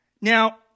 Now